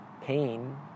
pain